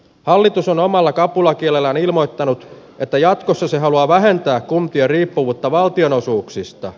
hallitus on omalla kapulakielellään ilmoittanut että jatkossa se haluaa vähentää kun tie riippuvuutta valtionosuuksista